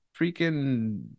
freaking